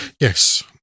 Yes